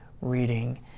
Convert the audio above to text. reading